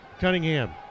Cunningham